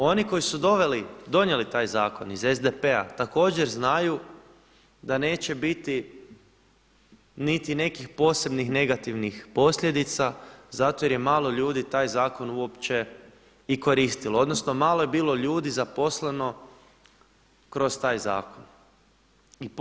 Oni koji su donijeli taj zakon iz SDP-a također znaju da neće biti niti nekih posebnih negativnih posljedica zato jer je malo ljudi taj zakon uopće i koristilo, odnosno malo je bilo ljudi zaposleno kroz taj zakon.